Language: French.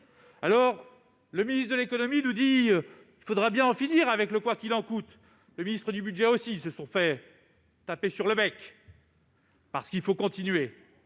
! Le ministre de l'économie nous dit qu'il faudra bien en finir avec le « quoi qu'il en coûte ». Le ministre du budget abonde en son sens. Ils se font taper sur le bec, parce qu'il faut continuer